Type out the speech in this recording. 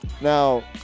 now